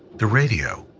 the radio,